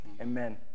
Amen